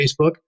Facebook